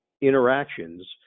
interactions